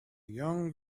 young